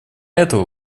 этого